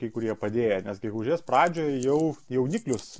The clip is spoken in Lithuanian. kai kurie padėję nes gegužės pradžioje jau jauniklius